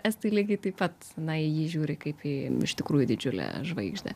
estai lygiai taip pat na į jį žiūri kaip į iš tikrųjų didžiulę žvaigždę